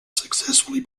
successfully